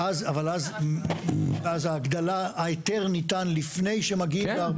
ואז ההגדלה, ההיתר ניתן לפני שמגיעים ל-400?